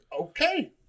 Okay